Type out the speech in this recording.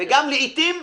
ולעתים,